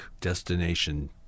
destination